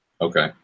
Okay